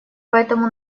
поэтому